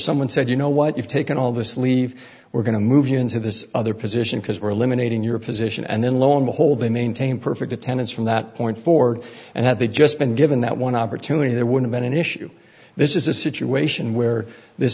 someone said you know what you've taken all this leave we're going to move you into this other position because we're eliminating your position and then lo and behold they maintain perfect attendance from that point forward and that they've just been given that one opportunity there would have been an issue this is a situation where this